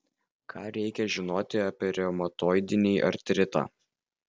ką reikia žinoti apie reumatoidinį artritą